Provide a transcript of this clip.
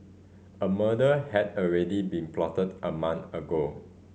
a murder had already been plotted a month ago